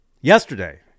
yesterday